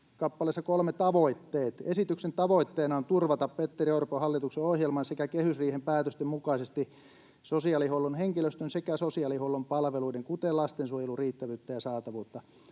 kappaleessa 3, Tavoitteet: ”Esityksen tavoitteena on turvata Petteri Orpon hallituksen ohjelman sekä kehysriihen päätösten mukaisesti sosiaalihuollon henkilöstön sekä sosiaalihuollon palveluiden, kuten lastensuojelun, riittävyyttä ja saatavuutta.”